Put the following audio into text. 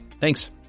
Thanks